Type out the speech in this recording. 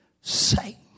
say